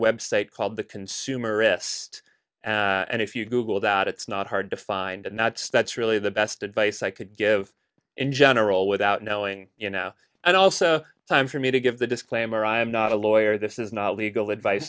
web site called the consumerist and if you google that it's not hard to find not that's really the best advice i could give in general without knowing you now and also time for me to give the disclaimer i'm not a lawyer this is not legal advice